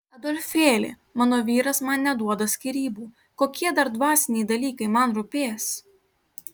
adolfėli mano vyras man neduoda skyrybų kokie dar dvasiniai dalykai man rūpės